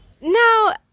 now